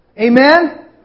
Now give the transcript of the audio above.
Amen